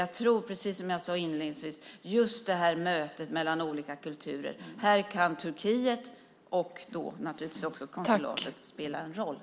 Jag tror precis som jag sade inledningsvis att det är viktigt med mötet mellan olika kulturer. Här kan Turkiet och konsulatet spela en roll.